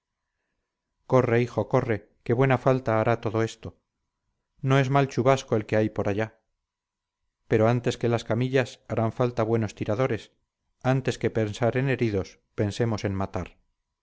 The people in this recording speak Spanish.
corre hijo corre que buena falta hará todo esto no es mal chubasco el que hay por allá pero antes que las camillas harán falta buenos tiradores antes que pensar en heridos pensemos en matar